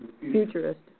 futurist